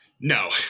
No